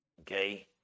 Okay